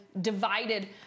divided